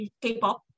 K-pop